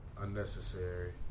unnecessary